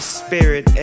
spirit